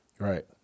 Right